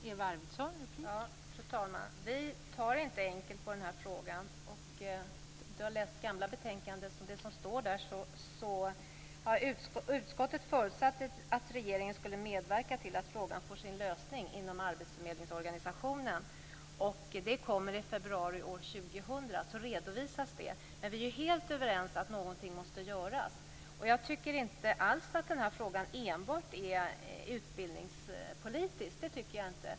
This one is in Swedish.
Fru talman! Vi tar inte enkelt på den här frågan. Gunilla Tjernberg har läst det gamla betänkandet. Där står att utskottet förutsätter att regeringen skall medverka till att frågan får sin lösning inom arbetsförmedlingsorganisationen. Det kommer att redovisas i februari år 2000. Vi är helt överens om att någonting måste göras. Jag tycker inte alls att den här frågan enbart är en utbildningspolitisk fråga.